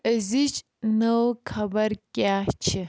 أزچۍ نٔو خبر کیاہ چھِ